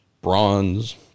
bronze